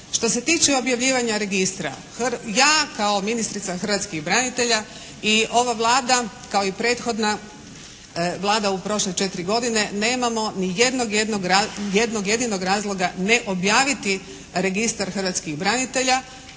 Što se tiče objavljivanja registra, ja kao ministrica hrvatskih branitelja i ova Vlada, kao i prethodna Vlada u prošle četiri godine, nemamo niti jednog jedinog razloga ne objaviti registar hrvatskih branitelja.